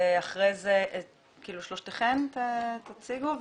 אחרי זה שלושתכן תציגו,